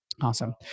Awesome